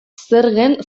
zergen